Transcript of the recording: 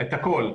את הכול.